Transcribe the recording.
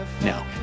No